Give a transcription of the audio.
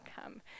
come